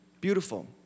Beautiful